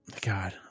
God